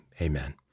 amen